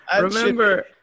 Remember